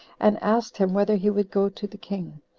and asked him whether he would go to the king,